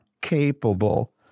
capable